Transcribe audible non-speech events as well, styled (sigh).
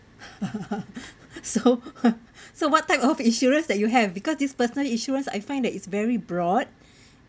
(laughs) so (laughs) so what type of insurance that you have because this personal insurance I find that it's very broad (breath)